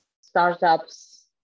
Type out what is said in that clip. startups